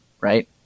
right